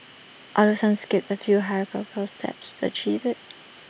although some skipped A few hierarchical steps to achieve IT